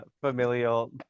familial